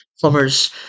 plumbers